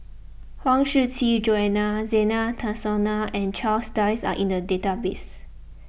Huang Shiqi Joan Zena and Charles Dyce are in the database